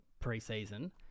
pre-season